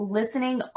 listening